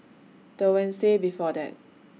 The Wednesday before that